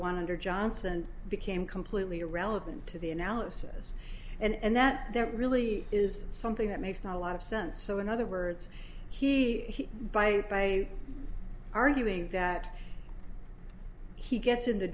hundred johnson became completely irrelevant to the analysis and that that really is something that makes not a lot of sense so in other words he by arguing that he gets in